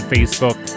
Facebook